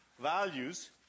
values